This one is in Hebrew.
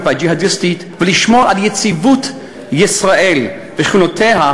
והג'יהאדיסטית ולשמור על יציבות ישראל ושכנותיה,